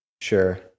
sure